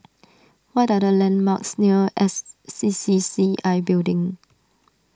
what are the landmarks near S C C C I Building